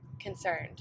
concerned